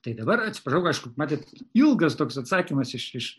tai dabar atsiprašau aišku matot ilgas toks atsakymas iš iš iš